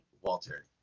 Walter